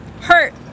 hurt